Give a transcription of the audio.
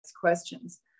questions